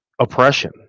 oppression